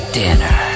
dinner